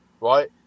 Right